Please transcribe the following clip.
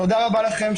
תודה רבה לכם.